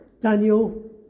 Daniel